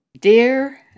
Dear